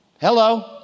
Hello